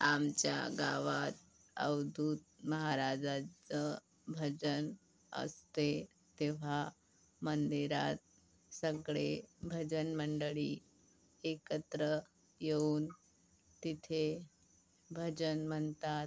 आमच्या गावात अवधूत महाराजाचं भजन असते तेव्हा मंदिरात सगळे भजनमंडळी एकत्र येऊन तिथे भजन म्हनतात